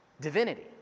divinity